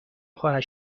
خواهد